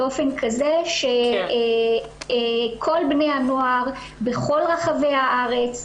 באופן כזה שכל בני הנוער בכל רחבי הארץ,